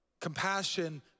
compassion